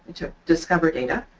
to discover data.